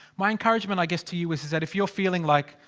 my encouragement, i guess to you, is is that if you're feeling like.